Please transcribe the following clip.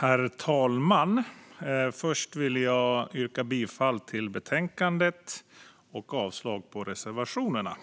Herr talman! Först vill jag yrka bifall till utskottets förslag och avslag på reservationerna.